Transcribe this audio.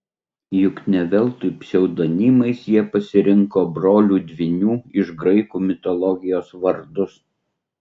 juk ne veltui pseudonimais jie pasirinko brolių dvynių iš graikų mitologijos vardus